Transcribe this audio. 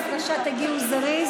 בבקשה, תגיעו זריז.